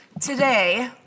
today